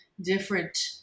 different